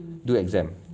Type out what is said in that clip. do exam